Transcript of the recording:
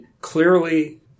clearly